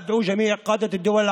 אני קורא לכל מנהיגי